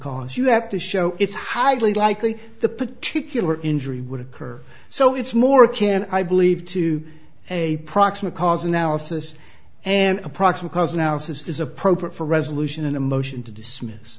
cause you have to show it's highly likely the particular injury would occur so it's more can i believe to a proximate cause analysis and approximate cause analysis is appropriate for resolution in a motion to dismiss